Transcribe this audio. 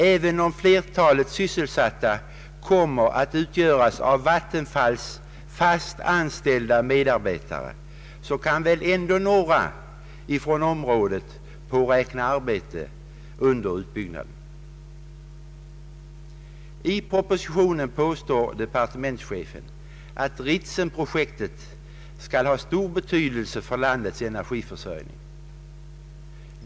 även om flertalet sysselsatta kommer att utgöras av Vattenfalls fast anställda medarbetare kan väl ändå några från området påräkna arbete vid utbyggnaden. I propositionen påstår departementschefen att Ritsemprojektet skulle ha stor betydelse för landets energiförsörjning.